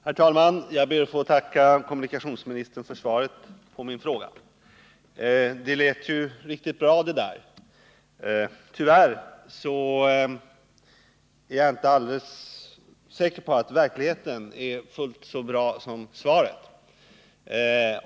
Herr talman! Jag ber att få tacka kommunikationsministern för svaret på min fråga. Det lät ju riktigt bra, men tyvärr är jag inte alldeles säker på att verkligheten är fullt så bra som svaret.